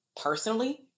personally